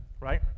Right